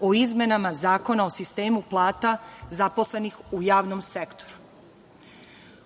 o izmenama Zakona o sistemu plata zaposlenih u javnom sektoru.